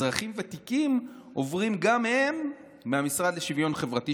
אזרחים ותיקים עוברים גם הם מהמשרד לשוויון חברתי,